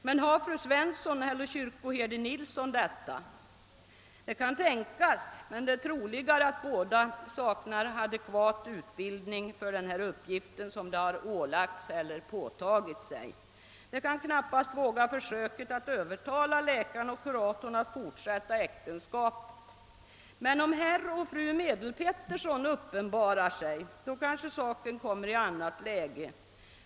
Men har fru Svensson el ler kyrkoherde Nilsson detta? Det kan tänkas, men det är troligare att båda saknar adekvat utbildning för den uppgift de ålagts eller påtagit sig. De kan knappast våga försöka att övertala läkaren och kuratorn att fortsätta äktenskapet, men om herr och fru Medelpettersson uppenbarar sig, då kanske saken kommer i annat läge.